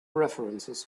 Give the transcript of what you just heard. references